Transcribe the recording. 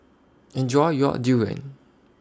Enjoy your Durian